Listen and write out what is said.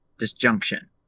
disjunction